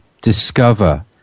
discover